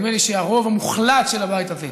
נדמה לי שהרוב המוחלט של הבית הזה,